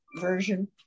version